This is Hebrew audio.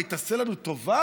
מה, היא תעשה לנו טובה?